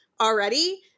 already